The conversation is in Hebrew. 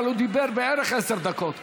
אבל הוא דיבר בערך עשר דקות,